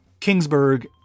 Kingsburg